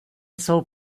jsou